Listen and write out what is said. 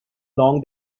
long